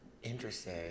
Interesting